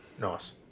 Nice